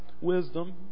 wisdom